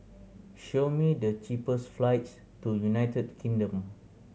show me the cheapest flights to United Kingdom